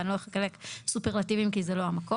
ואני לא אחלק סופרלטיבים, כי זה לא המקום.